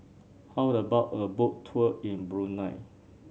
how about a Boat Tour in Brunei